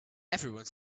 everyone